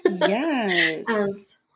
Yes